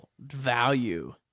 value